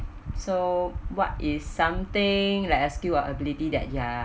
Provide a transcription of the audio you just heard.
so what is something like a skill or ability that you're